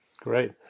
Great